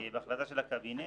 בהחלטה של הקבינט.